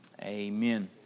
Amen